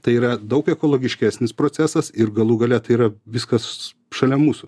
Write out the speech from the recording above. tai yra daug ekologiškesnis procesas ir galų gale tai yra viskas šalia mūsų